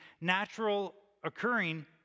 natural-occurring